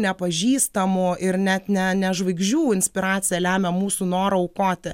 ne pažįstamų ir net ne ne žvaigždžių inspiracija lemia mūsų norą aukoti